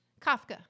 Kafka